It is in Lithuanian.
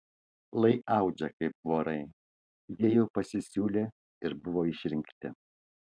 lai audžia kaip vorai jei jau pasisiūlė ir buvo išrinkti